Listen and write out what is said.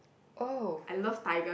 oh